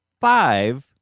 five